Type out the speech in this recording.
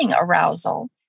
arousal